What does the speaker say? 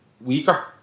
weaker